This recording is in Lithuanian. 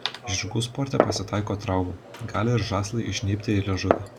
žirgų sporte pasitaiko traumų gali ir žąslai įžnybti į liežuvį